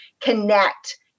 connect